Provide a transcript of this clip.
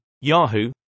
Yahoo